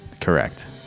Correct